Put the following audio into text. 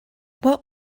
what